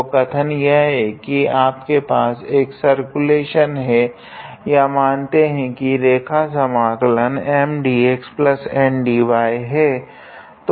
तो कथन यह है की आपके पास एक सर्कुलेशन है या मानते है की रेखा समाकलन है